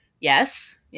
yes